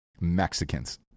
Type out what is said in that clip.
Mexicans